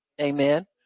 Amen